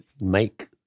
make